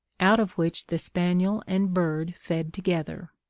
out of which the spaniel and bird fed together.